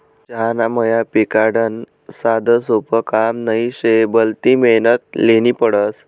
चहाना मया पिकाडनं साधंसोपं काम नही शे, भलती मेहनत ल्हेनी पडस